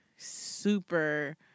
super